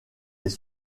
les